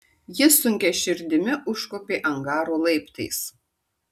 jis sunkia širdimi užkopė angaro laiptais